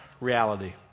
reality